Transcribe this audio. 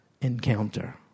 encounter